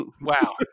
Wow